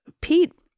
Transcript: Pete